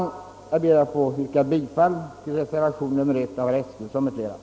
Jag ber att få yrka bifall till reservation nr 1 av herr Eskilsson m.fl.